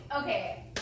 okay